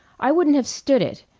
i wouldn't have stood it.